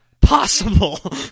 possible